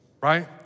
Right